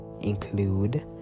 include